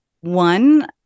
one